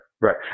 Right